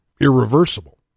irreversible